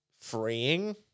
freeing